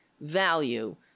value